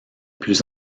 plus